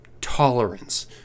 tolerance